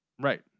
right